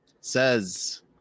says